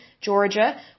Georgia